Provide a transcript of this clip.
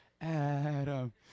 Adam